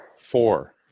Four